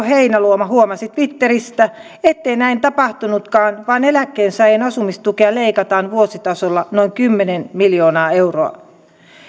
heinäluoma huomasi twitteristä ettei näin tapahtunutkaan vaan eläkkeensaajien asumistukea leikataan vuositasolla noin kymmenen miljoonaa euroa